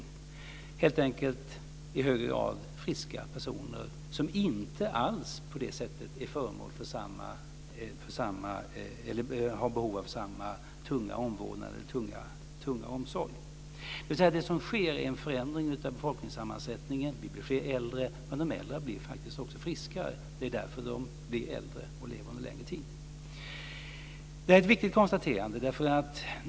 Det är helt enkelt i högre grad friska personer som inte alls har behov av samma tunga omvårdnad eller tunga omsorg. Det som sker är en förändring av befolkningssammansättningen. Det blir fler äldre, men de flesta blir faktiskt också friskare. Det är därför de blir äldre och lever under en längre tid. Detta är ett viktigt konstaterande.